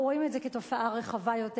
אנחנו רואים את זה כתופעה רחבה יותר.